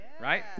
right